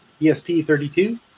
ESP32